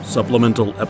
Supplemental